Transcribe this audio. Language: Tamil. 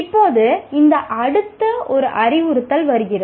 இப்போது இந்த அடுத்த ஒரு அறிவுறுத்தல் வருகிறது